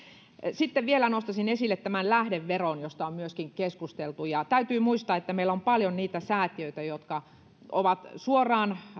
sitten vielä nostaisin esille tämän lähdeveron josta myöskin on keskusteltu täytyy muistaa että meillä on paljon niitä säätiöitä jotka ovat suoraan